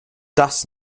das